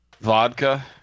vodka